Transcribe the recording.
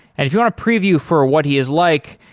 and if you want to preview for what he is like,